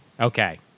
Okay